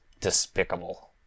despicable